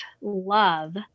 love